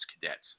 cadets